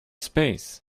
space